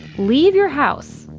leave your house,